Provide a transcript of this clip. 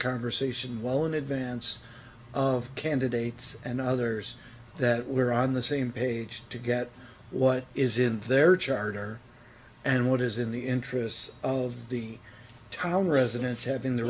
conversation well in advance of candidates and others that were on the same page to get what is in their charter and what is in the interests of the town residents have been the